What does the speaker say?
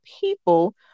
people